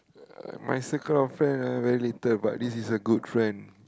uh my circle of friend ah very little but this is a good friend